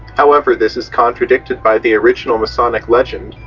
however this is contradicted by the original masonic legend,